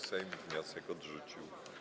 Sejm wniosek odrzucił.